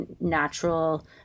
natural